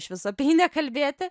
išvis apie jį nekalbėti